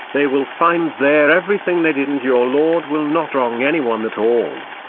they will find there everything they did and your lord will not wrong anyone at all.